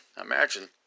Imagine